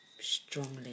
strongly